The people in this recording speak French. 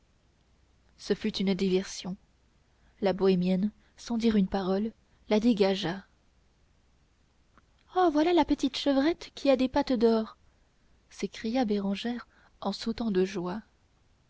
ce fut une diversion la bohémienne sans dire une parole la dégagea oh voilà la petite chevrette qui a des pattes d'or s'écria bérangère en sautant de joie